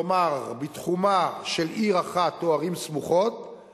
כלומר בתחומה של עיר אחת או ערים סמוכות,